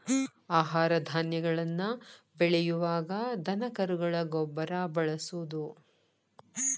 ಆಹಾರ ಧಾನ್ಯಗಳನ್ನ ಬೆಳಿಯುವಾಗ ದನಕರುಗಳ ಗೊಬ್ಬರಾ ಬಳಸುದು